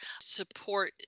support